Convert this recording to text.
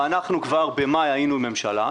ואנחנו כבר במאי היינו ממשלה,